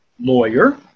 lawyer